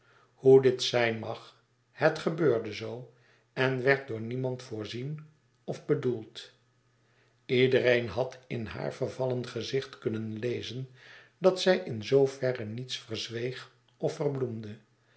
hoe dit zijn mag het gebeurde zoo en werd door niemand voorzien of bedoeld ledereen had in haar vervallen gezicht kunnen lezen dat zij in zooveirre niets verzweeg of